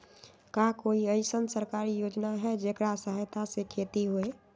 का कोई अईसन सरकारी योजना है जेकरा सहायता से खेती होय?